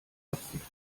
absicht